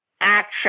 Action